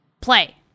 Play